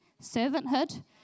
servanthood